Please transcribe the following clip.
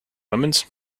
lemons